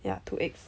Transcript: ya two eggs